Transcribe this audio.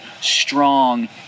strong